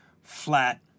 flat